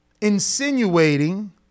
insinuating